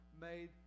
made